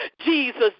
Jesus